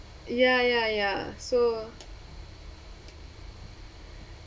ya ya ya so